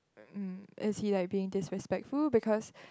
um is he like being disrespectful because